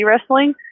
wrestling